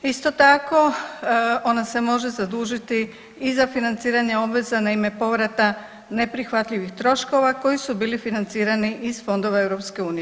Isto tako, ona se može zadužiti i za financiranje obveza na ime povrata neprihvatljivih troškova koji su bili financirani iz fondova EU.